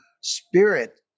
spirit